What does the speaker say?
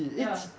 ya